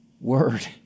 word